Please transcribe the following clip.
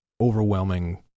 overwhelming